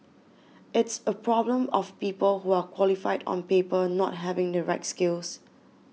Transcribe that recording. it's a problem of people who are qualified on paper not having the right skills